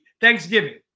Thanksgiving